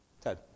Ted